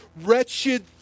wretched